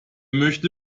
möchte